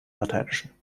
lateinischen